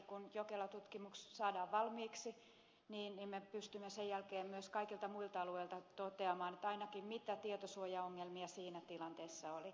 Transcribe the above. kun jokela tutkimus saadaan valmiiksi niin me pystymme sen jälkeen myös kaikilta muilta alueilta toteamaan ainakin mitä tietosuojaongelmia siinä tilanteessa oli